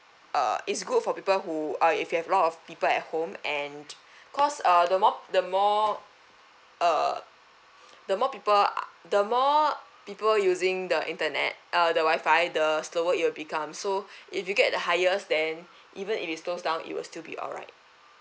uh it's good for people who uh if you have a lot of people at home and cause err the more the more err the more people are the more people using the internet uh the wifi the slower it will become so if you get the highest then even if it slows down it will still be alright